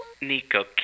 Nico